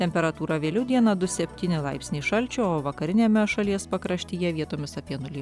temperatūra vėliau dieną du septyni laipsniai šalčio o vakariniame šalies pakraštyje vietomis apie nulį